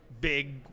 big